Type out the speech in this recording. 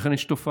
לכן יש תופעה,